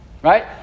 Right